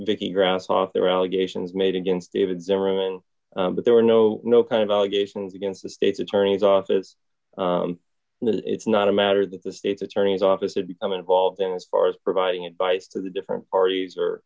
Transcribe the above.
vicki grass off their allegations made against david zimmerman but there were no no kind of allegations against the state's attorney's office and it's not a matter that the state's attorney's office had become involved in as far as providing advice to the different parties or